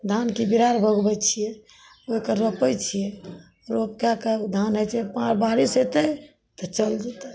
धानके बिरार बनबै छियै ओकर रोपै छियै रोपिके ओ धान होइ छै बारिश होतय तऽ चल जेतय